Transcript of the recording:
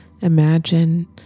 Imagine